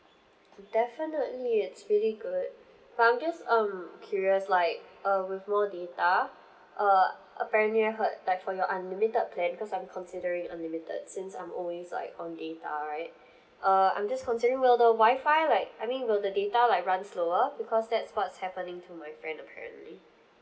definitely it's really good but I'm just um curious like uh with more data uh apparently I heard like for your unlimited plan because I'm considering unlimited since I'm always like on data right uh I'm just considering will the wi-fi like I mean will the data like run slower because that's what's happening to my friend apparently